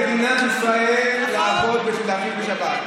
הצעת החוק שלך באה לחייב את מדינת ישראל לעבוד ולהעביד בשבת.